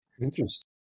interesting